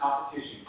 competition